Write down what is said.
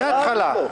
בהתחלה או בסוף?